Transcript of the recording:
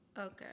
Okay